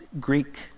Greek